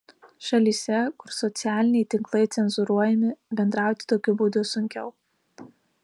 šalyse kur socialiniai tinklai cenzūruojami bendrauti tokiu būdu sunkiau